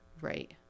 right